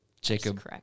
Jacob